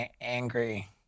angry